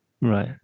Right